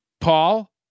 Paul